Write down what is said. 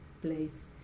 place